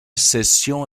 session